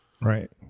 Right